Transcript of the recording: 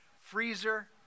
Freezer